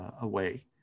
away